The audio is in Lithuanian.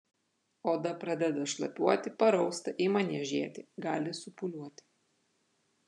oda pradeda šlapiuoti parausta ima niežėti gali supūliuoti